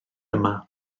yma